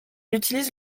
utilise